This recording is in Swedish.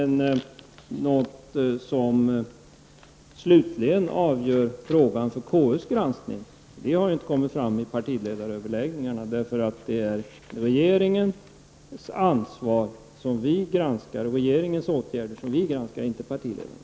Något som är slutligt avgörande för KUs granskning har däremot inte kommit fram vid partiledaröverläggningarna. Det är regeringens ansvar och regeringens åtgärder som vi granskar, inte partiledarnas.